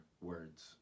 words